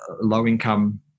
low-income